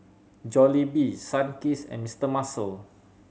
Jollibee Sunkist and Mister Muscle